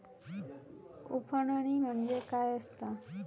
उफणणी म्हणजे काय असतां?